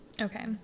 Okay